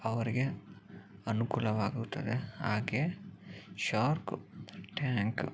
ಅವರಿಗೆ ಅನುಕೂಲವಾಗುತ್ತದೆ ಹಾಗೆ